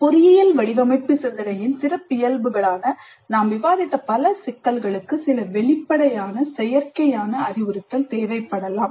பொறியியல் வடிவமைப்பு சிந்தனையின் சிறப்பியல்புகளான நாம் விவாதித்த பல சிக்கல்களுக்கு சில வெளிப்படையான செயற்கையான அறிவுறுத்தல் தேவைப்படலாம்